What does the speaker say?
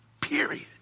Period